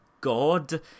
god